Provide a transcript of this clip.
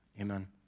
Amen